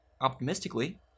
optimistically